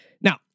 Now